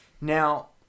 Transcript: Now